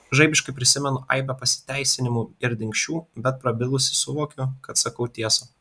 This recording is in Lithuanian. žaibiškai prisimenu aibę pasiteisinimų ir dingsčių bet prabilusi suvokiu kad sakau tiesą